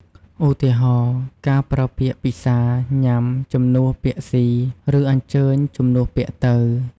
ឧទាហរណ៍ ការប្រើពាក្យ ពិសា ញ៉ាំ ជំនួស ពាក្យស៊ី ឬ អញ្ជើញ ជំនួស ពាក្យទៅ។